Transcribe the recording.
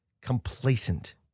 complacent